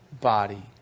body